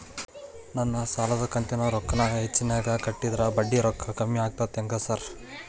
ನಾನ್ ಸಾಲದ ಕಂತಿನ ರೊಕ್ಕಾನ ಹೆಚ್ಚಿಗೆನೇ ಕಟ್ಟಿದ್ರ ಬಡ್ಡಿ ರೊಕ್ಕಾ ಕಮ್ಮಿ ಆಗ್ತದಾ ಹೆಂಗ್ ಸಾರ್?